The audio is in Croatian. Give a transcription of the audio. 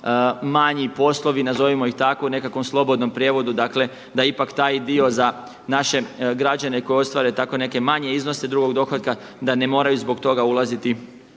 manji poslovi nazovimo ih tako u nekakvom slobodnom prijevodu, dakle da ipak taj dio za naše građane koji ostvare tako neke manje iznose drugog dohotka da ne moraju zbog toga ulaziti